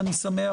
ואני שמח,